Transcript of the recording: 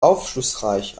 aufschlussreich